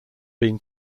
been